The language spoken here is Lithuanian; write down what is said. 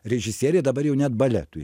režisieriai dabar jau net baletui